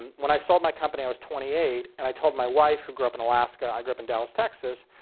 and when i sold my company i was twenty eight and i told my wife who grew up in alaska, i grew up in dallas, texas,